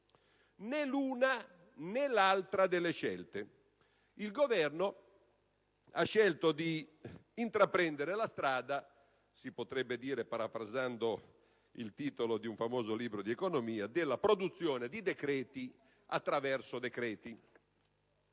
Né l'una, né l'altra delle scelte. Il Governo ha scelto di intraprendere la strada - si potrebbe dire, parafrasando il titolo di un famoso libro di economia - della produzione di decreti attraverso decreti.